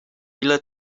ile